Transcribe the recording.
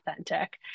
authentic